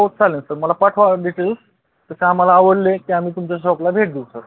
हो चालेल सर मला पाठवा डिटेल्स तसे आम्हाला आवडले की आम्ही तुमच्या शॉपला भेट देऊ सर